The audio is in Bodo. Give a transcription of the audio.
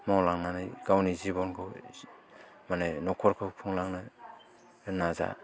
मावलांनानै गावनि जिबनखौ माने नखरखौ खुंलांनो नाजा